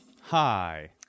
Hi